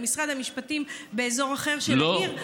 למשרד המשפטים, באזור אחר של העיר?